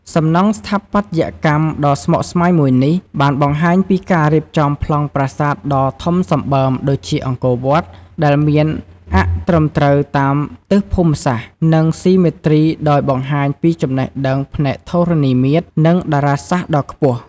សំណង់ស្ថាបត្យកម្មដ៏ស្មុគស្មាញមួយនេះ បានបង្ហាញពីការរៀបចំប្លង់ប្រាសាទដ៏ធំសម្បើមដូចជាអង្គរវត្ត ដែលមានអ័ក្សត្រឹមត្រូវតាមទិសភូមិសាស្ត្រ និងស៊ីមេទ្រីដោយបង្ហាញពីចំណេះដឹងផ្នែកធរណីមាត្រ និងតារាសាស្ត្រដ៏ខ្ពស់។